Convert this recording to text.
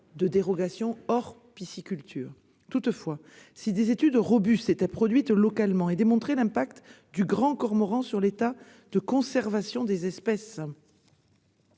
de dérogation en dehors de ce secteur. Toutefois, si des études robustes produites localement démontraient l'impact du grand cormoran sur l'état de conservation des espèces